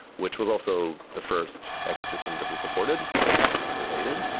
which was also the first ecosystem that we supported. so it was kind of related.